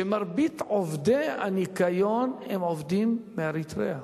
שמרבית עובדי הניקיון הם עובדים מאריתריאה.